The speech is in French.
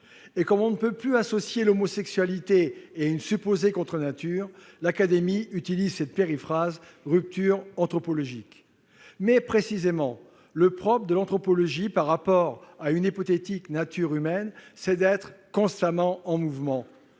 Et comme on ne peut plus associer l'homosexualité et une supposée contre nature, l'Académie utilise cette périphrase :" rupture anthropologique ".« Mais précisément, le propre de l'anthropologie par rapport à une hypothétique nature humaine, c'est d'être constamment en mouvement.